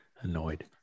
Annoyed